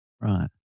Right